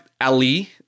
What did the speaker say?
ali